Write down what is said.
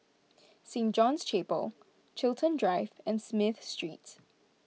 Saint John's Chapel Chiltern Drive and Smith Street